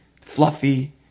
fluffy